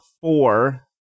four